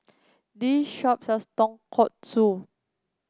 this shop sells Tonkatsu